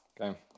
Okay